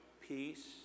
peace